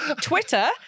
Twitter